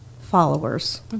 followers